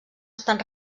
estan